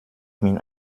bin